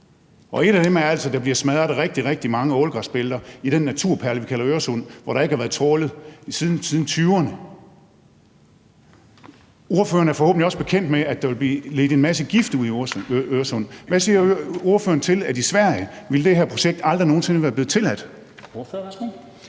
Og en af dem er altså, at der bliver smadret rigtig, rigtig mange ålegræsbælter i den naturperle, vi kalder Øresund, hvor der ikke har været trawlet siden 1920'erne. Ordføreren er forhåbentlig også bekendt med, at der vil blive ledt en masse gift ud i Øresund. Hvad siger ordføreren til, at sådan et projekt aldrig nogen sinde ville være blevet tilladt